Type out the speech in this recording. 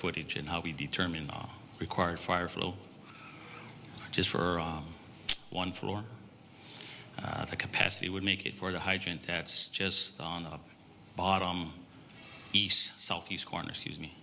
footage and how we determine the required fire flow just for one floor the capacity would make it for the hydrant that's just on the bottom east southeast corner sees me